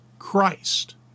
Christ